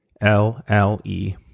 l-l-e